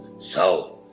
so,